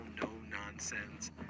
no-nonsense